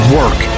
work